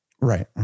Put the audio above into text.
Right